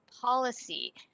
policy